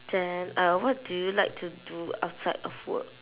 then uh what do you like to do outside of work